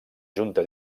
junta